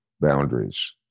boundaries